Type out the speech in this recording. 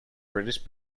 british